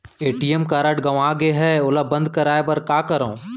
ATM card गंवा गे है ओला बंद कराये बर का करंव?